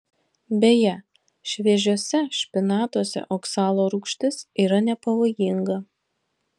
beje šviežiuose špinatuose oksalo rūgštis yra nepavojinga